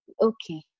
Okay